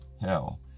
hell